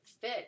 fit